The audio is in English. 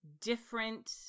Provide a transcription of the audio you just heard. different